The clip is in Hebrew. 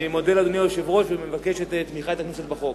אני מודה לאדוני היושב-ראש ומבקש את תמיכת הכנסת בחוק.